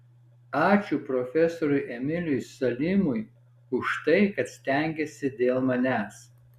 ačiū profesoriui emiliui salimui už tai kad stengėsi dėl manęs